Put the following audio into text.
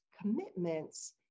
commitments